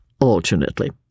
Alternately